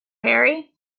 harry